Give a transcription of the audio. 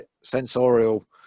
sensorial